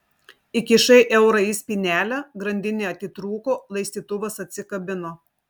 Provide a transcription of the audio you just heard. įkišai eurą į spynelę grandinė atitrūko laistytuvas atsikabino